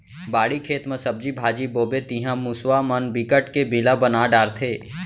बाड़ी, खेत म सब्जी भाजी बोबे तिंहा मूसवा मन बिकट के बिला बना डारथे